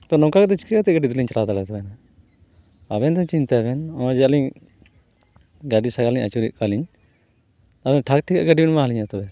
ᱱᱚᱝᱠᱟ ᱠᱟᱛᱮ ᱪᱮᱠᱟᱛᱮ ᱜᱟᱹᱰᱤᱫᱚᱞᱤᱧ ᱪᱟᱞᱟᱣ ᱫᱟᱲᱮ ᱟᱛᱟᱵᱮᱱᱟ ᱟᱵᱮᱱᱜᱮ ᱪᱤᱱᱛᱟᱭᱵᱮᱱ ᱱᱚᱜᱼᱚᱭ ᱡᱮ ᱟᱹᱞᱤᱧ ᱜᱟᱹᱰᱤ ᱥᱟᱜᱟᱲᱞᱤᱧ ᱟᱹᱪᱩᱨᱮᱫ ᱠᱚᱣᱟᱞᱤᱧ ᱟᱵᱮᱱ ᱴᱷᱤᱠ ᱴᱷᱟᱠᱟᱜ ᱜᱟᱹᱰᱤᱵᱮᱱ ᱮᱢᱟᱞᱤᱧᱟᱹ ᱛᱚᱵᱮ